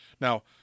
Now